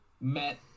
Met